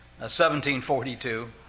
1742